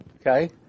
okay